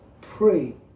pray